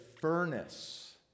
furnace